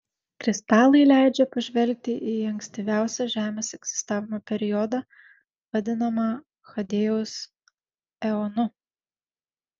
kristalai leidžia pažvelgti į ankstyviausią žemės egzistavimo periodą vadinamą hadėjaus eonu